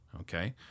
okay